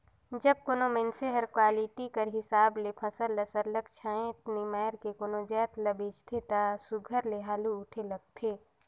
जब कोनो मइनसे हर क्वालिटी कर हिसाब ले फसल ल सरलग छांएट निमाएर के कोनो जाएत ल बेंचथे ता सुग्घर ले हालु उठे लगथे